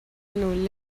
nous